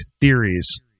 theories